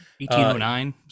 1809